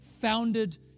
founded